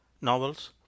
novels